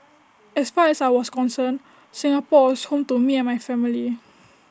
as far as I was concerned Singapore was home to me and my family